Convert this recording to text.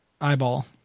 eyeball